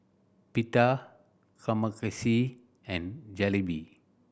Pita Kamameshi and Jalebi